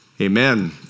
amen